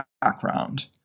background